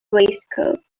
waistcoat